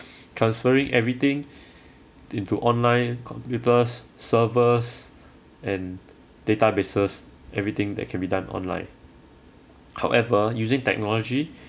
transferring everything into online computers servers and databases everything that can be done online however using technology